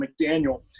McDaniel